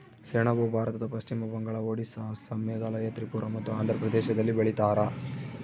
ಸೆಣಬು ಭಾರತದ ಪಶ್ಚಿಮ ಬಂಗಾಳ ಒಡಿಸ್ಸಾ ಅಸ್ಸಾಂ ಮೇಘಾಲಯ ತ್ರಿಪುರ ಮತ್ತು ಆಂಧ್ರ ಪ್ರದೇಶದಲ್ಲಿ ಬೆಳೀತಾರ